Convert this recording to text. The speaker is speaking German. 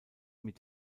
mit